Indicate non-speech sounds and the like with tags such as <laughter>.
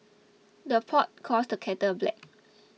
the pot calls the kettle black <noise>